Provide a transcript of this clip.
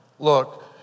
Look